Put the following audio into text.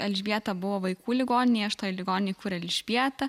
elžbieta buvo vaikų ligoninėj aš toj ligoninėj kur elžbieta